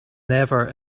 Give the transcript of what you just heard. never